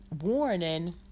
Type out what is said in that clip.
warning